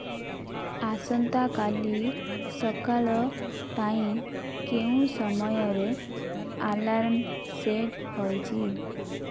ଆସନ୍ତାକାଲି ସକାଳ ପାଇଁ କେଉଁ ସମୟରେ ଆଲାର୍ମ ସେଟ ହୋଇଛି